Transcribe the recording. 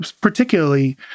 particularly